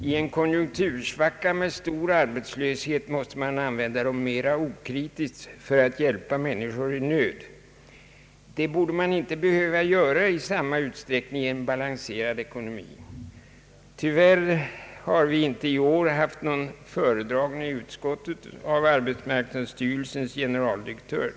I en konjunktursvacka med stor arbetslöshet måste man använda dem mera okritiskt för att hjälpa människor i nöd. Det borde man inte behöva göra i samma utsträckning i en balanserad ekonomi. Tyvärr har vi i år inte haft någon föredragning i utskottet av arbetsmarknadsstyrelsens generaldirektör.